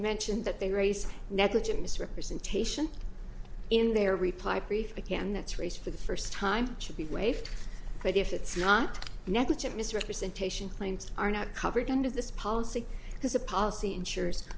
mention that they raise negligent misrepresentation in their reply pre again that's race for the first time should be waived but if it's not negligent misrepresentation claims are not covered under this policy has a policy ensure